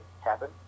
happen